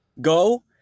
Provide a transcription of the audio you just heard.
Go